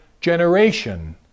generation